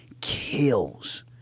kills